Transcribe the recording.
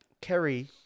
Kerry